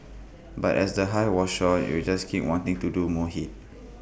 but as the high was short you just keep wanting to do more hits